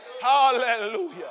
hallelujah